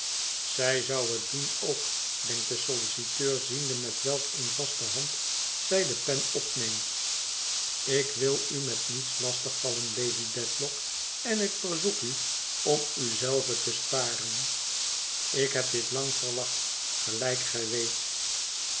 zij zou het doen ook denkt de solliciteur ziende met welk een vaste hand zij de pen opneemt ik wil u met niets lastig vallen lady dedlock en ik verzoek u om u zelve te sparen ik heb dit lang verwacht gelijk gij weet